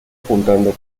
puntando